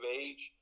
age